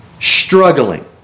struggling